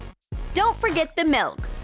don't forget the milk!